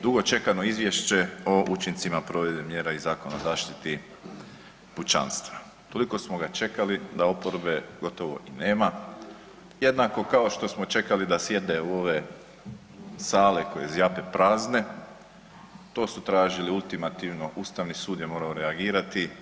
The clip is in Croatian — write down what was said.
Dugo čekano Izvješće o učincima provedenih mjera i Zakon o zaštiti pučanstva, toliko smo ga čekali da oporbe gotovo i nema, jednako kao što smo čekali da sjedne u ove sale koje zjape prazne, to su tražili ultimativno Ustavni sud je morao reagirati.